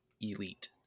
elite